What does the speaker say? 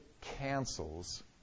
cancels